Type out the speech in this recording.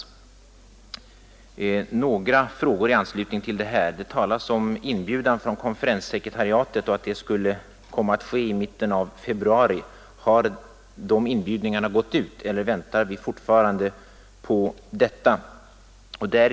Jag har några frågor i anslutning till detta. Det talas i svaret om inbjudan från konferenssekretariatet och att denna skulle komma i mitten av februari. Har inbjudningarna gått ut, eller väntar vi fortfarande på att de skall utsändas?